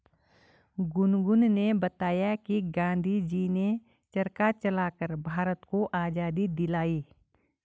गुनगुन ने बताया कि गांधी जी ने चरखा चलाकर भारत को आजादी दिलाई